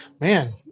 Man